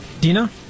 Dina